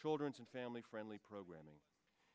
children's and family friendly programming